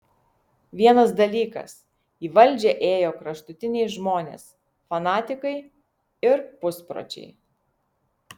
vienas dalykas į valdžią ėjo kraštutiniai žmonės fanatikai ir puspročiai